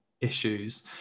issues